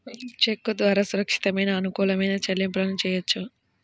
చెక్కు ద్వారా సురక్షితమైన, అనుకూలమైన చెల్లింపులను చెయ్యొచ్చు